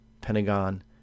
Pentagon